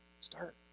start